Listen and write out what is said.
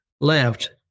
left